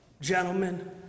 gentlemen